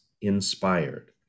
Inspired